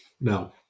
no